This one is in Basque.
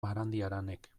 barandiaranek